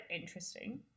interesting